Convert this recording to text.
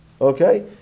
Okay